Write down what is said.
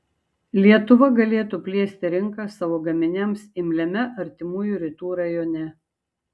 lietuva galėtų plėsti rinką savo gaminiams imliame artimųjų rytų rajone